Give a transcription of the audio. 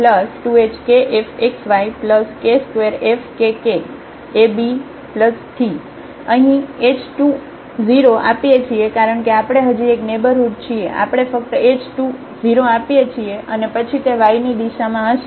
તેથી અમારી પાસે આ છે fhfxabkfyab12h2fxx2hkfxyk2fkkab અહીં h→0 આપીએ છીએ કારણ કે આપણે હજી એક નેઇબરહુડ છીએ આપણે ફક્ત h→0 આપીએ છીએ અને પછી તે y ની દિશામાં હશે